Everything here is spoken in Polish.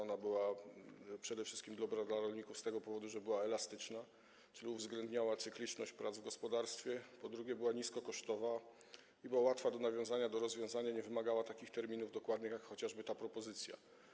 Ona była przede wszystkim dobra dla rolników z tego powodu, że była elastyczna, czyli uwzględniała cykliczność prac w gospodarstwie, po drugie, była niskokosztowa i była łatwa do nawiązania, do rozwiązania, nie wymagała takich dokładnych terminów jak chociażby ta propozycja.